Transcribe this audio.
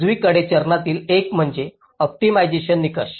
उजवीकडे चरणातील एक म्हणजे ऑप्टिमायझेशन निकष